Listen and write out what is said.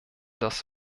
das